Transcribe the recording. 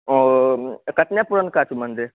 ओ तऽ कतने पुरनका छै ओ मन्दिर